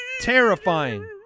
Terrifying